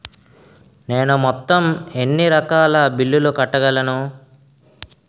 నేను మొత్తం ఎన్ని రకాల బిల్లులు కట్టగలను?